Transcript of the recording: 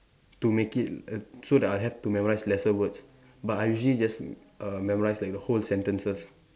to make it err so that I have to memorise lesser words but I usually just err memorise like the whole sentences